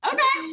Okay